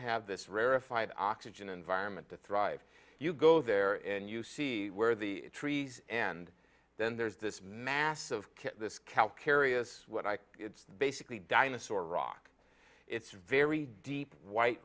rarified oxygen environment to thrive you go there and you see where the trees and then there's this massive kick this cal curious what i it's basically dinosaur rock it's very deep white